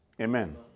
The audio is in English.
Amen